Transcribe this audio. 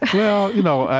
well, you know,